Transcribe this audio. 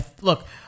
Look